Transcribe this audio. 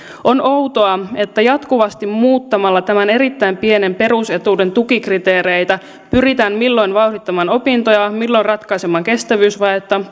on outoa että jatkuvasti muuttamalla tämän erittäin pienen perusetuuden tukikriteereitä pyritään milloin vauhdittamaan opintoja milloin ratkaisemaan kestävyysvajetta